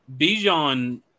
Bijan